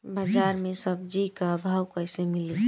बाजार मे सब्जी क भाव कैसे मिली?